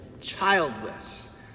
childless